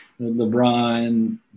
LeBron